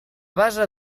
base